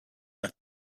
that